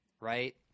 right